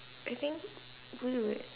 I think we would